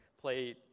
play